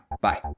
Bye